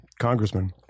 congressman